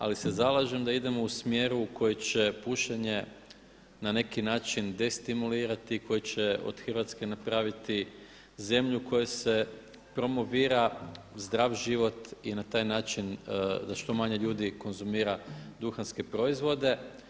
Ali se zalažem da idemo u smjeru u kojem će pušenje na neki način destimulirati i koje će od Hrvatske napraviti zemlju u kojoj se promovira zdrav život i na taj način da što manje ljudi konzumira duhanske proizvode.